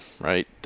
right